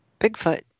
Bigfoot